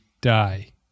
die